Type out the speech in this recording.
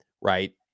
right